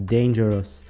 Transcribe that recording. Dangerous